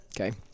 okay